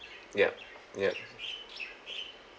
yep yep